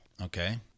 okay